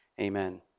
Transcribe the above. Amen